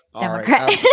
Democrat